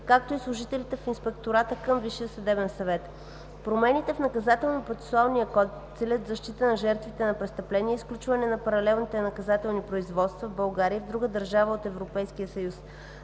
както и служителите в Инспектората към Висшия съдебен съвет. Промените в Наказателно-процесуалния кодекс целят защита на жертвите на престъпления, изключване на паралелните наказателни производства в България и в друга държава от Европейския съюз.